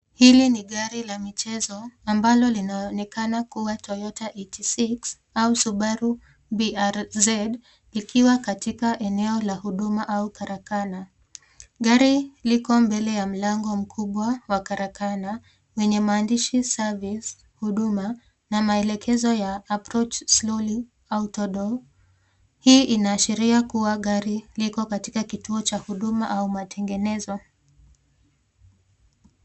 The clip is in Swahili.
Hili ni gari la michezo, ambalo linaonekana kuwa toyota 86 au subaru vrz likiwa katika eneo la huduma au karakana. Gari liko mbele ya mlango mkubwa wa karakana wenye maandishi service huduma na maelekezo ya approach slowly outdoor . Hii inaashiria kuwa gari liko katika kituo cha huduma au matengenezo.